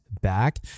back